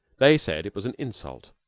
they said it was an insult.